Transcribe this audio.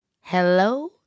hello